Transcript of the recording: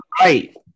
right